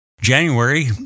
January